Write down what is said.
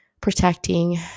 protecting